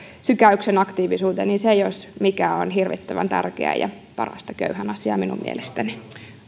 sykäyksen aktiivisuuteen niin se jos mikä on hirvittävän tärkeää ja parasta köyhän asiaa minun mielestäni